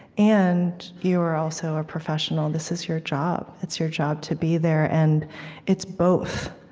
and you are also a professional. this is your job. it's your job to be there. and it's both,